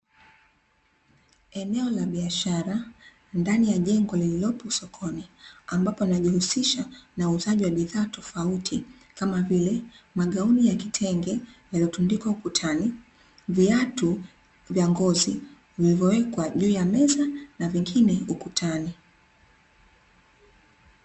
Eneo la biashara ndani ya jengo lililopo sokoni ambapo wanajihusisha na uuzaji wa bidhaa tofauti kama vile: magauni ya kitenge yaliyotundikwa ukutani, viatu vya ngozi vilivyowekwa juu ya meza na vingine ukutani.